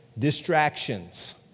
distractions